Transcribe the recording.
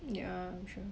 ya sure